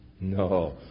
No